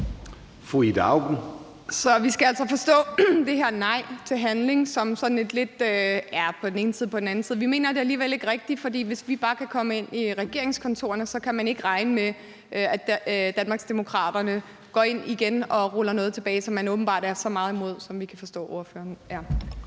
Auken (S): Så vi skal altså forstå det her nej til handling som sådan et lidt på den ene side og på den anden side – I mener det alligevel ikke rigtigt. Hvis I bare kan komme ind i regeringskontorerne, kan man ikke regne med, at Danmarksdemokraterne går ind igen og ruller noget tilbage, som man åbenbart er så meget imod, som vi kan forstå ordføreren er.